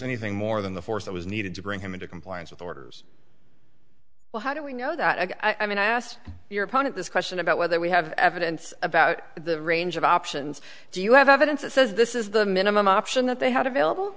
anything more than the force that was needed to bring him into compliance with orders well how do we know that i mean i asked your opponent this question about whether we have evidence about the range of options do you have evidence that says this is the minimum option that they had available